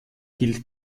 gilt